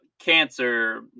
cancer